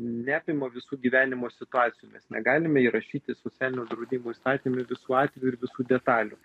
neapima visų gyvenimo situacijų mes negalime įrašyti socialinio draudimo įstatyme visų atvejų ir visų detalių